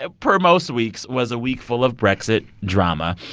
ah per most weeks, was a week full of brexit drama.